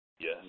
Yes